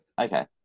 Okay